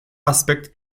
aspect